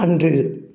அன்று